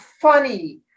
funny